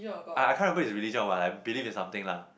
I I can't remember is religion or what like believe in something lah